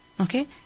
Okay